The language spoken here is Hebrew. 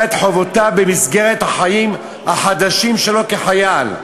את חובותיו במסגרת החיים החדשים שלו כחייל.